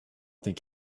think